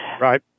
Right